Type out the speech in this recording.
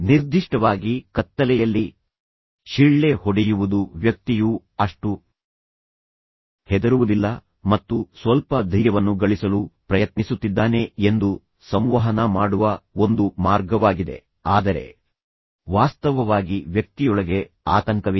ನಿರ್ದಿಷ್ಟವಾಗಿ ಕತ್ತಲೆಯಲ್ಲಿ ಶಿಳ್ಳೆ ಹೊಡೆಯುವುದು ವ್ಯಕ್ತಿಯು ಅಷ್ಟು ಹೆದರುವುದಿಲ್ಲ ಮತ್ತು ಸ್ವಲ್ಪ ಧೈರ್ಯವನ್ನು ಗಳಿಸಲು ಪ್ರಯತ್ನಿಸುತ್ತಿದ್ದಾನೆ ಎಂದು ಸಂವಹನ ಮಾಡುವ ಒಂದು ಮಾರ್ಗವಾಗಿದೆ ಆದರೆ ವಾಸ್ತವವಾಗಿ ವ್ಯಕ್ತಿಯೊಳಗೆ ಆತಂಕವಿದೆ